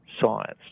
science